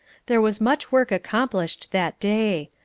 there was much work accomplished that day.